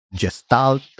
gestalt